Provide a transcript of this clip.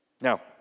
Now